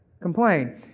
Complain